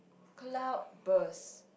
cloud burst